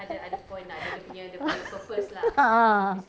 a'ah